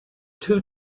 two